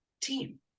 team